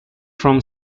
from